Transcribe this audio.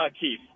Keith